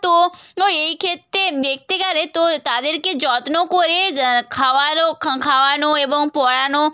তো ও এই ক্ষেত্রে দেখতে গেলে তো তাদেরকে যত্ন করে খাওয়ানো খাওয়ানো এবং পড়ানো